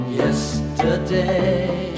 yesterday